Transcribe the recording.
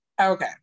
Okay